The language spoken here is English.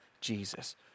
Jesus